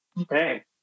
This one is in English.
Okay